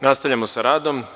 Nastavljamo sa radom.